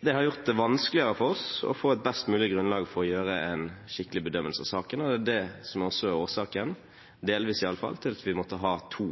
Det har gjort det vanskeligere for oss å få et best mulig grunnlag for å gjøre en skikkelig bedømmelse av saken, og det er det som også er årsaken – delvis i alle fall – til at vi måtte ha to